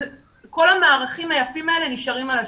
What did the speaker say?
אז כל המערכים היפים האלה נשארים על השולחן.